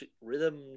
rhythm